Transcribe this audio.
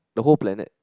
the whole planet